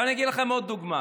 עכשיו אני אתן לכם עוד דוגמה.